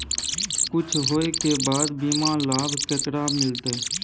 कुछ होय के बाद बीमा लाभ केकरा मिलते?